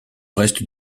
reste